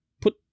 put